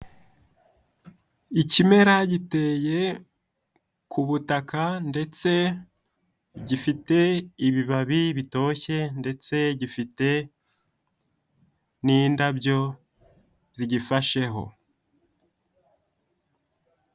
Ikimera giteye ku butaka ndetse gifite ibibabi bitoshye ndetse gifite n'indabyo zigifasheho.